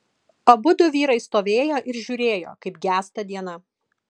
abudu vyrai stovėjo ir žiūrėjo kaip gęsta diena